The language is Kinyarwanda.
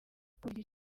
kuri